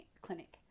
clinic